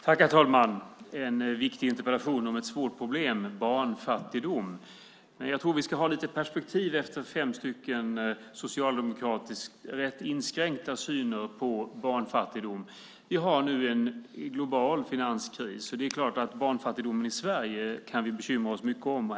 Herr talman! Det är en viktig interpellation om ett svårt problem, barnfattigdom. Men jag tror att vi ska ha lite perspektiv efter att ha hört fem stycken socialdemokraters rätt inskränkta syn på barnfattigdom. Vi har nu en global finanskris. Det är klart att vi kan bekymra oss mycket över barnfattigdomen i Sverige.